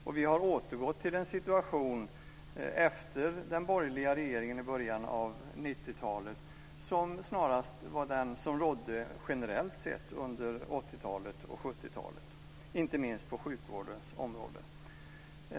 Och vi har återgått till en situation, efter den borgerliga regeringstiden i början av 90-talet, som snarast var den som rådde generellt sett under 80-talet och under 70-talet, inte minst på sjukvårdens område.